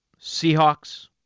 Seahawks